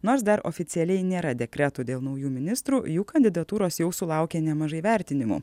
nors dar oficialiai nėra dekretų dėl naujų ministrų jų kandidatūros jau sulaukė nemažai vertinimų